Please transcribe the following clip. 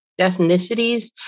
ethnicities